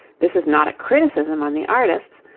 this is not a criticism on the artists.